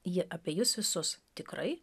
ji apie jus visus tikrai